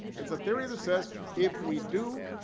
it's a theory that says, if we do